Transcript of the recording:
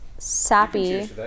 Sappy